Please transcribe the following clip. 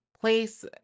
place